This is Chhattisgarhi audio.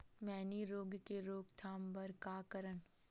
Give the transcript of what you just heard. मैनी रोग के रोक थाम बर का करन?